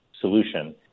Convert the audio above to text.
solution